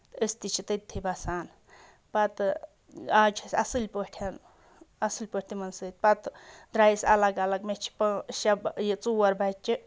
تہٕ أسۍ تہِ چھِ تٔتھٕے بَسان پَتہٕ آز چھِ اَسہِ اَصٕل پٲٹھۍ اَصٕل پٲٹھۍ تِمَن سۭتۍ پَتہٕ درٛاے أسۍ الگ الگ مےٚ چھِ پا شےٚ یہِ ژور بَچہِ